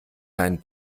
deinen